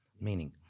Meaning